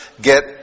get